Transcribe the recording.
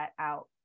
out